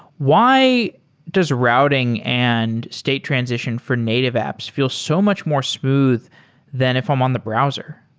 why does routing and state transition for native apps feel so much more smooth than if i'm on the browser?